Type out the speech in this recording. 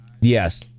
yes